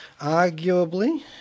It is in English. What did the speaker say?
Arguably